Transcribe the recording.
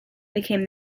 became